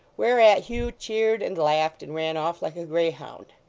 whereat hugh cheered and laughed, and ran off like a greyhound.